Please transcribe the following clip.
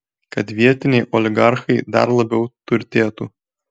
kad vietiniai oligarchai dar labiau turtėtų